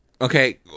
Okay